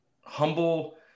humble –